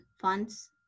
funds